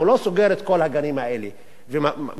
הוא לא סוגר את כל הגנים האלה ומפנה.